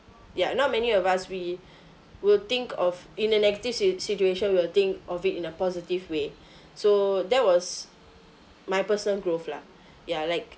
ya not many of us we will think of in a negative si~ situation will think of it in a positive way so that was my personal growth lah ya like